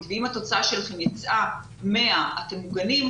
ואם התוצאה שלכם יצאה 100 אתם מוגנים,